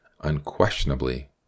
Unquestionably